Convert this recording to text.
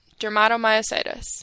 Dermatomyositis